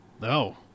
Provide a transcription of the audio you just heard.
No